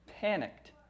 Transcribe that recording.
panicked